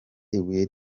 ibuye